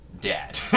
dad